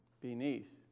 Beneath